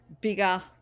bigger